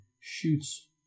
shoots